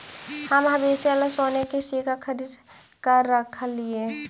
हम भविष्य ला सोने के सिक्के खरीद कर रख लिए